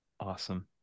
Awesome